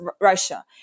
Russia